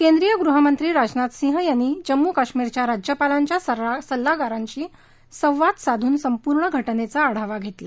केंद्रीय गृहमंत्री राजनाथ सिंह यांनी जम्मू काश्मीरच्या राज्यपालांच्या सल्लागाराशी संवाद साधून संपूर्ण घटनेचा आढावा घेतला